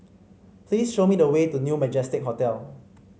please show me the way to New Majestic Hotel